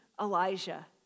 Elijah